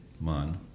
man